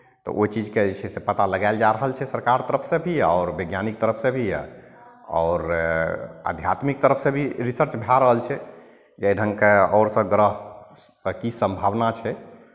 तऽ ओहि चीजके जे छै से पता लगायल जा रहल छै सरकार तरफसँ भी आओर वैज्ञानिक तरफसँ भी आओर आध्यात्मिक तरफसँ भी रिसर्च भए रहल छै जे एहि ढङ्गके आओरसभ ग्रहपर की सम्भावना छै